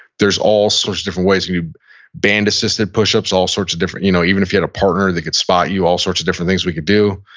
there's all sorts of different ways. you could band-assisted push-ups, all sorts of different, you know even if you had a partner that could spot you, all sorts of different things we could do.